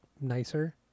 nicer